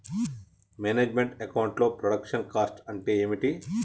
Manage meant account లో production cost అంటే ఏమిటి?